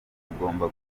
zigomba